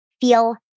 feel